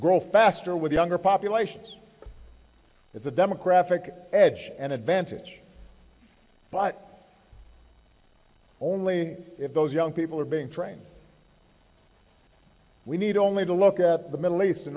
grow faster with younger populations it's a demographic edge and advantage but only if those young people are being trained we need only to look at the middle east